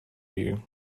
you